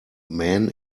man